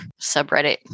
subreddit